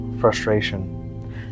frustration